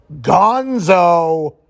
gonzo